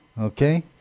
Okay